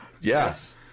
Yes